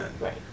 Right